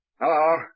Hello